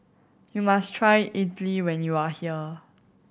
you must try Idili when you are here